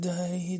Day